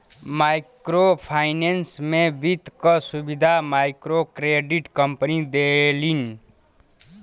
micro finance में वित्त क सुविधा मइक्रोक्रेडिट कम्पनी देलिन